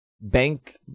bank